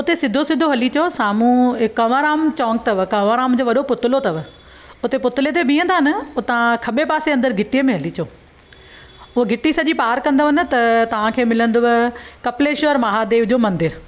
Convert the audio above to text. उते सिधो सिधो हली अचो साम्हूं कंवर राम चॉक अथव कंवर राम जो वॾो पुतिलो अथव उते पुतिले ते बीहंदा न हुतां खॿे पासे अंदरि ॻिटीअ में हली अचो उहा ॻिटी सॼी पार कंदव न त तव्हांखे मिलंदव कपिलेश्वर महादेव जो मंदरु